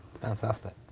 Fantastic